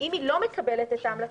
אם היא לא מקבלת את ההמלצה,